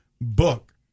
book